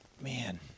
man